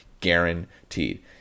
guaranteed